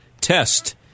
Test